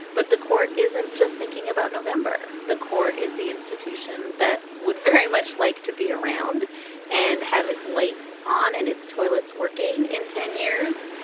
but the court isn't just thinking about november. the court is the institution that would very much like to be around and have its lights on and its toilets working in ten years.